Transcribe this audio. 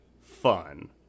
fun